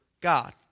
God